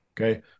Okay